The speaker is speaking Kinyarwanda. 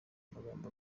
amagambo